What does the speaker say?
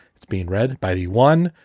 it's been read by the one,